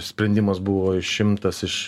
sprendimas buvo išimtas iš